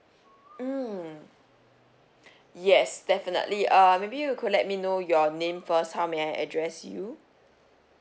mm yes definitely err maybe you could let me know your name first how may I address you